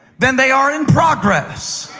than they are in progress.